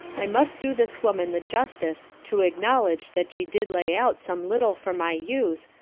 i must do this woman the justice to acknowledge that she did lay out some little for my use,